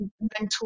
mental